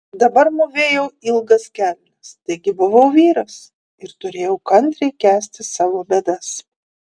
dabar mūvėjau ilgas kelnes taigi buvau vyras ir turėjau kantriai kęsti savo bėdas